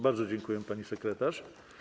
Bardzo dziękuję, pani sekretarz.